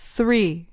Three